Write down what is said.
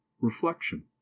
reflection